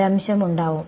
ഭ്രംശം ഉണ്ടാവും